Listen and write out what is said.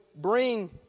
bring